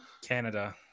Canada